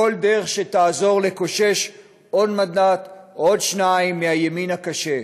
כל דרך שתעזור לקושש עוד מנדט או עוד שניים מהימין הקשה,